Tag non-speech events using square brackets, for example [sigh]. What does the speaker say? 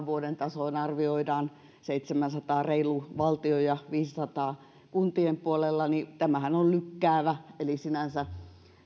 [unintelligible] vuoden tasoon arvioidaan reilu seitsemänsataa miljoonaa valtion ja viidensadan kuntien puolella niin tämähän on lykkäävä eli sinänsä